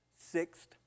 sixth